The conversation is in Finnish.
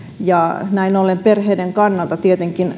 ja näin ollen perheiden kannalta tietenkin